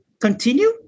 continue